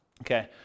Okay